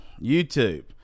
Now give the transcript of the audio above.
YouTube